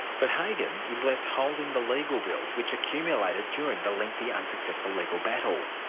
but hagan is left holding the legal bills which accumulated during the lengthy, unsuccessful legal battle.